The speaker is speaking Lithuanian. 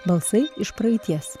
balsai iš praeities